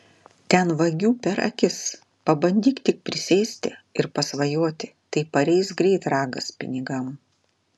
ten vagių per akis pabandyk tik prisėsti ir pasvajoti tai pareis greit ragas pinigam